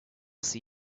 see